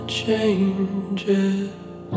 changes